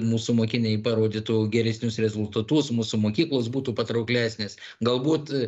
mūsų mokiniai parodytų geresnius rezultatus mūsų mokyklos būtų patrauklesnės galbūt